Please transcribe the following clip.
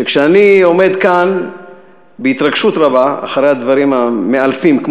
שכשאני עומד כאן בהתרגשות רבה אחרי הדברים המאלפים שלך,